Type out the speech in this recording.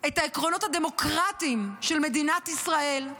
הדמוקרטיים של מדינת ישראל,